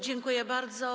Dziękuję bardzo.